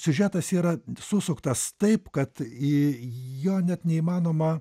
siužetas yra susuktas taip kad į jo net neįmanoma